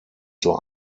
zur